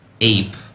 ape